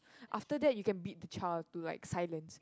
after that you can beat the child to like silence